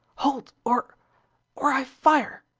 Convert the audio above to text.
halt or or i fire!